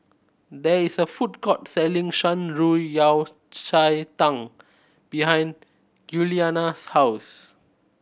there is a food court selling Shan Rui Yao Cai Tang behind Giuliana's house